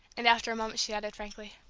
and after a moment she added frankly,